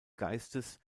geistes